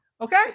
Okay